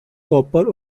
copper